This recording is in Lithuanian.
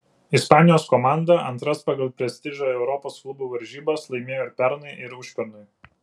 ispanijos komanda antras pagal prestižą europos klubų varžybas laimėjo ir pernai ir užpernai